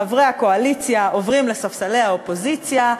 חברי הקואליציה עוברים לספסלי האופוזיציה,